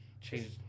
change